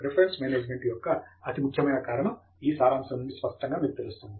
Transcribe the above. reference management యొక్క అతి ముఖ్యమైన కారణం ఈ సారాంశం నుండి స్పష్టంగా మీకు తెలుస్తుంది